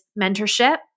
mentorship